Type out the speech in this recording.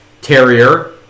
Terrier